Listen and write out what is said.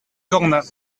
cornas